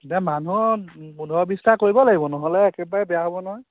দে মানুহ পোন্ধৰ বিছটা কৰিব লাগিব নহ'লে একেবাৰে বেয়া হ'ব নহয়